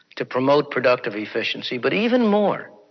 to promote productive efficiency, but even more